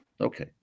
okay